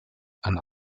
and